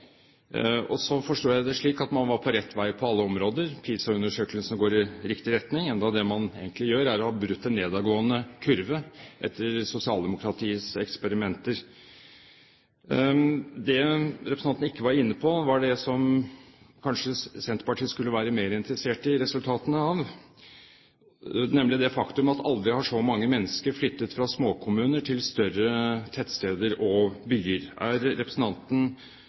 Så forsto jeg det slik at man var på rett vei på alle områder. PISA-undersøkelsen går i riktig retning, selv om det man egentlig gjør, er å ha brutt en nedadgående kurve etter sosialdemokratiets eksperimenter. Det representanten ikke var inne på, var det som Senterpartiet kanskje skulle være mer interessert i resultatene av, nemlig det faktum at aldri har så mange mennesker flyttet fra småkommuner til større tettsteder og byer. Er representanten